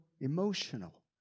emotional